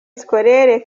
scolaire